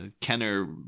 Kenner